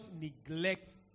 neglect